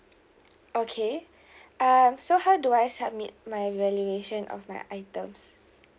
okay um so how do I submit my valuation of my items